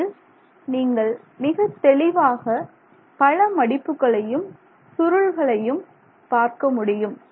இதில் நீங்கள் மிகத் தெளிவாக பல மடிப்புகளையும் சுருள்களையும் பார்க்க முடியும்